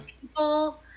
people